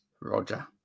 Roger